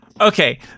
Okay